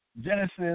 Genesis